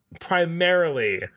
primarily